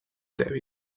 tèbia